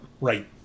right